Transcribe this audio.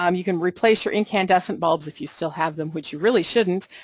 um you can replace your incandescent bulbs if you still have them, which you really shouldn't,